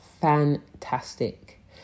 fantastic